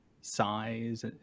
size